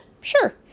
sure